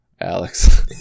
Alex